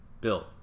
bill